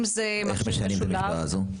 איך משנים את המשוואה הזו?